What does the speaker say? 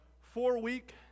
four-week